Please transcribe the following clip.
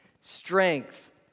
strength